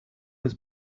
was